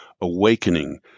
awakening